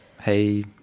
Hey